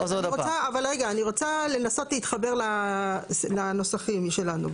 אבל אני רוצה לנסות להתחבר לנוסחים שלנו.